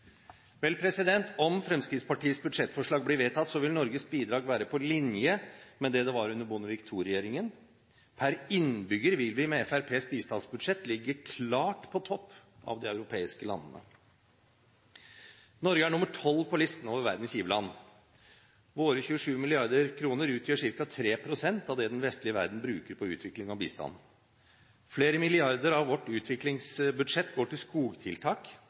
Vel, om Fremskrittspartiets budsjettforslag blir vedtatt, vil Norges bidrag være på linje med det det var under Bondevik II-regjeringen. Per innbygger vil vi med Fremskrittspartiets bistandsbudsjett ligge klart på topp av de europeiske landene. Norge er nr. 12 på listen over verdens giverland. Våre 27 mrd. kr utgjør ca. 3 pst. av det den vestlige verden bruker på utvikling og bistand. Flere milliarder av vårt utviklingsbudsjett går til skogtiltak